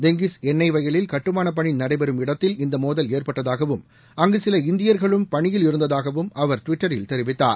Tengiz எண்ணெய் வயலில் கட்டுமானப்பணி நடைபெறும் இடத்தில் இந்த மோதல் ஏற்பட்டதாகவும் அங்கு சில இந்தியர்களும் பணியில் இருந்ததாகவும் அவர் டுவிட்டரில் தெரிவித்தார்